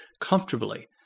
comfortably